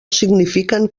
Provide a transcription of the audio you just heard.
signifiquen